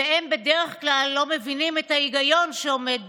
והם בדרך כלל לא מבינים את ההיגיון שעומד בבסיסו.